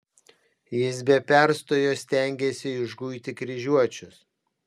jis be perstojo stengėsi išguiti kryžiuočius